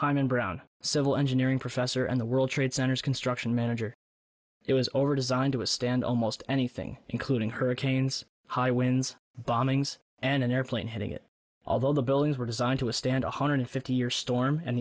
i'm in brown civil engineering professor and the world trade centers construction manager it was overdesigned to a stand almost anything including hurricanes high winds bombings and an airplane hitting it although the buildings were designed to withstand a hundred fifty year storm and